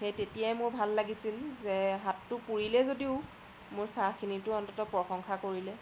সেই তেতিয়াই মোৰ ভাল লাগিছিল যে হাতটো পুৰিলে যদিও মোৰ চাহখিনিতো অন্ততঃ প্ৰশংসা কৰিলে